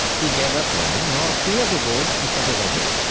he gave up running. now a few years ago, he started again.